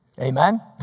Amen